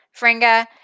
Fringa